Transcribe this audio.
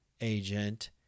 agent